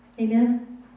Amen